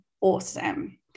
awesome